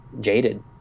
jaded